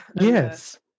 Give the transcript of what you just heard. Yes